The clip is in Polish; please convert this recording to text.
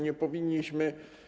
Nie powinniśmy.